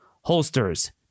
holsters